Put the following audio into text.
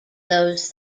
those